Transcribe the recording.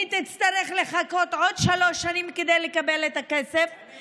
היא תצטרך לחכות עוד שלוש שנים כדי לקבל את הכסף,